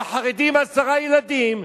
וחרדים עם עשרה ילדים,